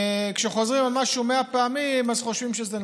כשחוזרים על משהו מאה פעמים, חושבים שהוא נכון.